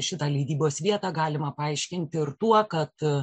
šitą leidybos vietą galima paaiškinti ir tuo kad